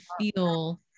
feel